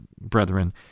brethren